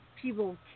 people